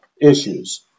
issues